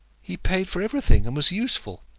he paid for everything, and was useful.